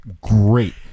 great